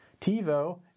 TiVo